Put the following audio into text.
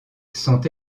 sont